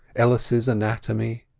ellis's anatomy,